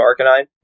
Arcanine